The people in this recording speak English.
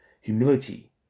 humility